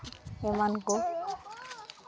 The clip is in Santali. ᱮᱢᱟᱱ ᱠᱚ